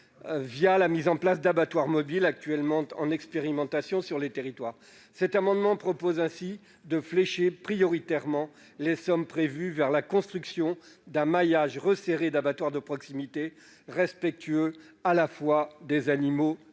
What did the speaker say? la mise en place d'abattoirs mobiles, actuellement en expérimentation sur les territoires. Aussi, nous proposons de flécher prioritairement les sommes prévues vers la construction d'un maillage resserré d'abattoir de proximité, respectueux à la fois des animaux et des hommes,